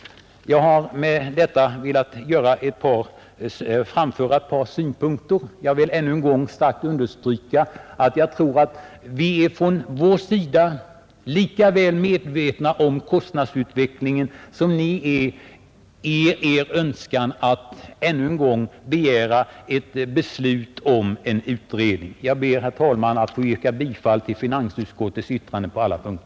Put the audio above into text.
Jag har med detta velat framföra ett par synpunkter. Jag vill ännu en gång starkt understryka att vi från vår sida är lika väl medvetna om kostnadsutvecklingen som ni genom er önskan att ännu en gång begära ett beslut om en utredning. Jag ber, herr talman, att på alla punkter få yrka bifall till finansutskottets betänkande.